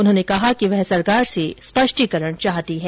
उन्होंने कहा कि वह सरकार से स्पष्टीकरण चाहती है